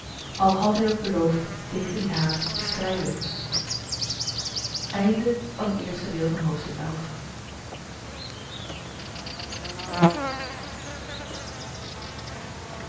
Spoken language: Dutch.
al had hij ook beloofd tegen dien haat te strijden